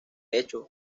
hecho